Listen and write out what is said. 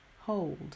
hold